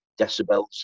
decibels